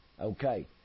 Okay